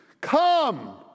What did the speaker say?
come